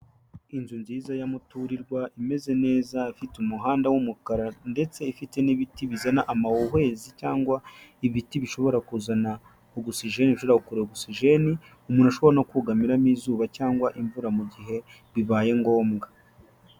Inzu nziza yamuturirwa imeze neza ifite umuhanda w'umukara ndetse ifite n'ibiti bizana amahuhwezi cyangwa ibiti bishobora kuzana ogisijeni cyangwa se bishobora gukurura ogisijeni umuntu ashobora no kugamiramo izuba cyangwa imvura mu gihe bibaye ngombwa.